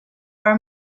our